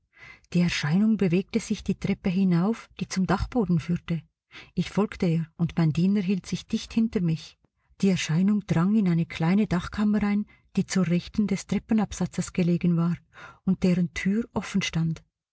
die erscheinung bewegte sich die treppe hinauf die zum dachboden führte ich folgte ihr und mein diener hielt sich dicht hinter mich die erscheinung drang in eine kleine dachkammer ein die zur rechten des treppenabsatzes gelegen war und deren tür offen stand